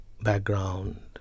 background